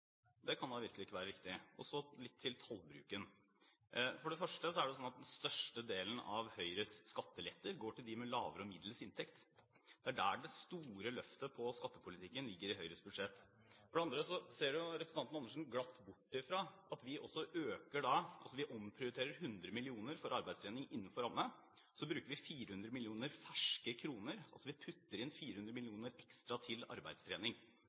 Det kan da virkelig ikke være riktig. Så litt til tallbruken. For det første er det slik at den største delen av Høyres skattelette går til dem med lavere og middels inntekt. Det er der det store løftet på skattepolitikken ligger i Høyres budsjett. For det andre ser representanten Andersen glatt bort fra at vi også øker, ved at vi omprioriterer 100 mill. kr for arbeidstrening innenfor ramme, og så bruker vi 400 millioner ferske kroner. Vi putter inn 400 mill. kr ekstra til arbeidstrening